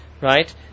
right